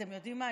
אתם יודעים מה?